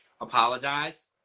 apologize